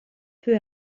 peu